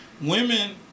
Women